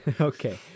Okay